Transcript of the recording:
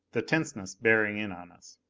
the tenseness bearing in on us.